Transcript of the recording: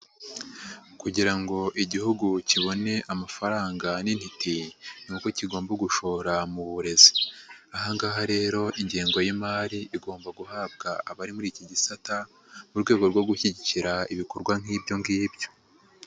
Kugira ngo igihugu kibone amafaranga n'intiti, ni uko kigomba gushora mu burezi. Aha ngaha rero ingengo y'imari igomba guhabwa abari muri iki gisata, mu rwego rwo gushyigikira ibikorwa nk'ibyo ngibyo.